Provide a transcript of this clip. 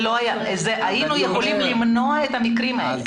היינו יכולים למנוע את המקרים האלה.